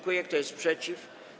Kto jest przeciw?